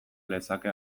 lezake